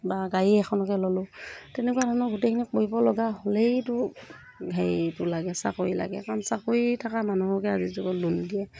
বা গাড়ী এখনকে ল'লোঁ তেনেকুৱা ধৰণৰ গোটেইখিনি কৰিব লগা হ'লেইটো হেৰিটো লাগে চাকৰি লাগে কাৰণ চাকৰি থকা মানুহকহে আজিৰ যুগত লোন দিয়ে